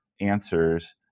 answers